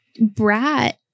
brat